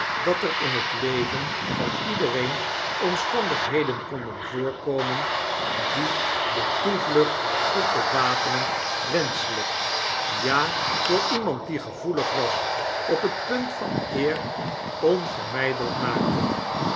dat er in het leven van iedereen omstandigheden konden voorkomen die de toevlucht tot de wapenen wenschelyk ja voor iemand die gevoelig was op het punt van eer onvermydelyk maakten